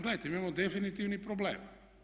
Gledajte mi imamo definitivnih problema.